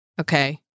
Okay